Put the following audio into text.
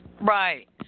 Right